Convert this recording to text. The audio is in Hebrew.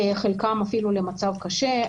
חלקם אפילו למצב קשה.